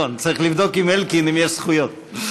צריך לבדוק עם אלקין אם יש זכויות.